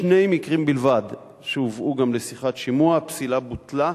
בשני מקרים בלבד שהובאו גם לשיחת שימוע הפסילה בוטלה